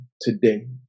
today